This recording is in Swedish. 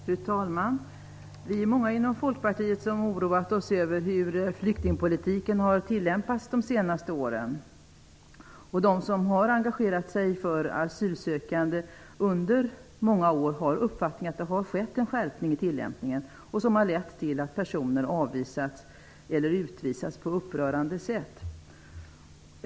Fru talman! Vi är många inom Folkpartiet som oroat oss över hur flyktingpolitiken har tillämpats de senaste åren. De som under många år har engagerat sig för asylsökande har uppfattningen att det har skett en skärpning i tillämpningen som har lett till att personer avvisats eller utvisats på upprörande sätt.